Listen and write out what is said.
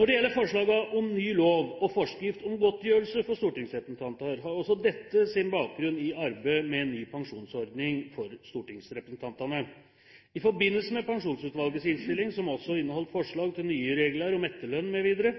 Når det gjelder forslagene om ny lov og forskrift om godtgjørelse for stortingsrepresentanter, har også dette sin bakgrunn i arbeidet med ny pensjonsordning for stortingsrepresentantene. I forbindelse med Pensjonsutvalgets innstilling, som også inneholdt forslag til nye regler om etterlønn mv.,